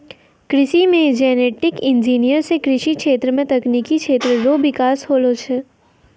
कृषि मे genetic engineer से कृषि क्षेत्र मे तकनिकी क्षेत्र रो बिकास होलो छै